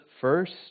first